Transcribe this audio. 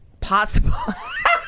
possible